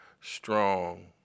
strong